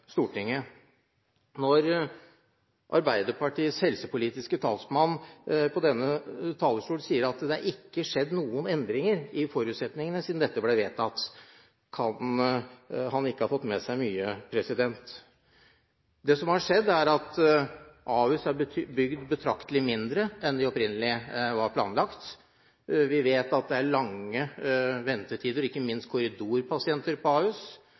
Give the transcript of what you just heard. Når Arbeiderpartiets helsepolitiske talsmann fra denne talerstol sier at det ikke er skjedd noen endringer i forutsetningene siden dette ble vedtatt, kan han ikke ha fått med seg mye. Det som har skjedd, er at Ahus er blitt bygd betraktelig mindre enn opprinnelig planlagt. Vi vet at det er lange ventetider – ikke minst er det korridorpasienter – på Ahus.